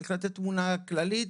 צריך לתת תמונה כללית.